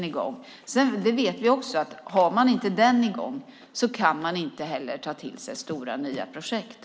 Vi vet också att om man inte ens en gång har den kan man inte heller ta till sig stora nya projekt.